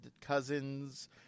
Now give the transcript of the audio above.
cousins